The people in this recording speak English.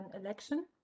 election